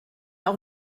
auch